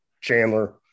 Chandler